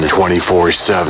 24-7